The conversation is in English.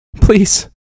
please